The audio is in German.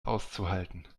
auszuhalten